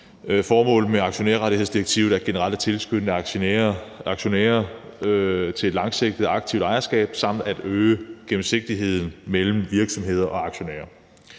Formålet med aktionærrettighedsdirektivet er generelt at tilskynde aktionærer til et langsigtet aktivt ejerskab samt at øge gennemsigtigheden i kommunikationen mellem virksomheder og aktionærer.